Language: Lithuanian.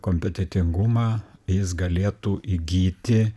kompetentingumą jis galėtų įgyti